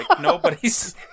nobody's